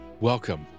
Welcome